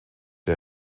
der